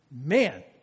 Man